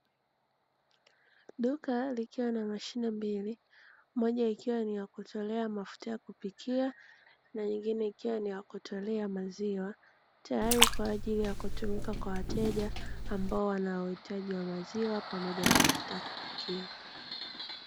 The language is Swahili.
Duka likiwa na mashine mbili; moja ikiwa ni ya kutolea mafuta ya kupikia na nyingine ikiwa ni ya kutolea maziwa, tayari kwa ajili ya kutumika kwa wateja ambao wanaohitaji maziwa pamoja na mafuta ya kupikia.